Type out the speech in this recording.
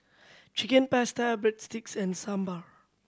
Chicken Pasta Breadsticks and Sambar